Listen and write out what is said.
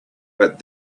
but